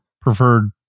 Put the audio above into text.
preferred